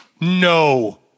No